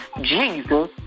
Jesus